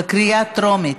בקריאה טרומית.